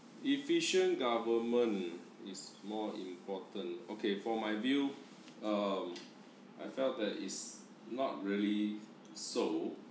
efficient government is more important okay for my view um I felt that it's not really so